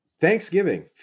Thanksgiving